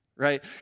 right